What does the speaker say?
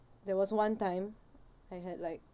there was one time I had like